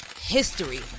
history